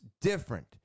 different